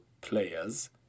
players